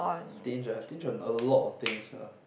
stinge ah stinge on a lot of things ah